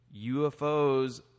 UFOs